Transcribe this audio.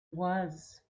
was